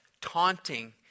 taunting